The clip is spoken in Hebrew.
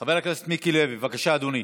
חבר הכנסת מיקי לוי, בבקשה, אדוני,